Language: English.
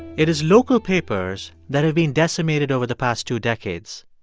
it is local papers that have been decimated over the past two decades,